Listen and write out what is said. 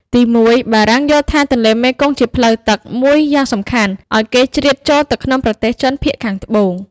ទីមួយ បារាំងយល់ថាទន្លេមេគង្គជាផ្លូវទឹក មួយយ៉ាងសំខាន់អាចឱ្យគេជ្រៀតចូលទៅក្នុងប្រទេសចិនភាគខាងត្បូង។